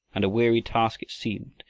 and a weary task it seemed,